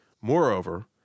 Moreover